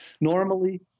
normally